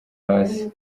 hasi